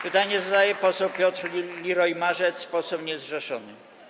Pytanie zadaje poseł Piotr Liroy-Marzec, poseł niezrzeszony.